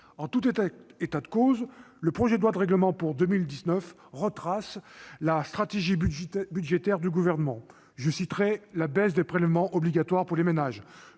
En tout état de cause, le projet de loi de règlement pour 2019 retrace la stratégie budgétaire du Gouvernement. Citons, à cet égard, la baisse des prélèvements obligatoires pour les ménages.